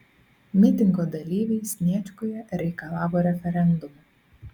mitingo dalyviai sniečkuje reikalavo referendumo